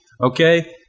Okay